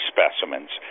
specimens